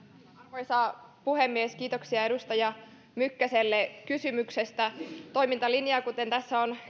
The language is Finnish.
arvoisa puhemies kiitoksia edustaja mykkäselle kysymyksestä toimintalinjaa jota tässä on